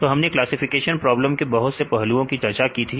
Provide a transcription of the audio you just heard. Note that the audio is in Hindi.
तो हमने क्लासिफिकेशन प्रोबलम के बहुत से पहलुओं की चर्चा की थी